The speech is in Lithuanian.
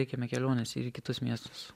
teikiame keliones ir į kitus miestus